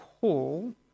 call